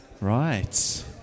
Right